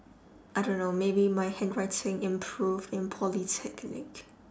I don't know maybe my handwriting improved in polytechnic